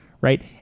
right